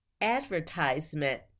advertisement